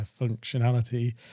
functionality